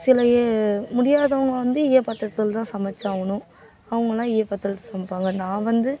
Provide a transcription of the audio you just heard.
சில ஏ முடியாதவங்க வந்து ஈயப் பாத்திரத்தில் சமைச்சாவணும் அவங்கள்லாம் ஈயப் பாத்திரத்தில் சமைப்பாங்க நான் வந்து